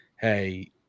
hey